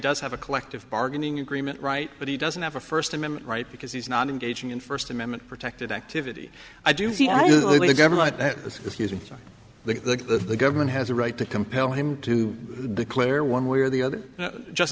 does have a collective bargaining agreement right but he doesn't have a first amendment right because he's not engaging in first amendment protected activity i do believe the government that is refusing to the the government has a right to compel him to declare one way or the other just